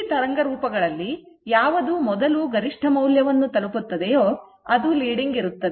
ಈ ತರಂಗ ರೂಪಗಳಲ್ಲಿ ಯಾವುದು ಮೊದಲು ಗರಿಷ್ಠ ಮೌಲ್ಯವನ್ನು ತಲುಪುತ್ತದೆಯೋ ಅದು ಮುನ್ನಡೆಯಲ್ಲಿ ಇರುತ್ತದೆ